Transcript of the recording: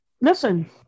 listen